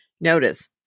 Notice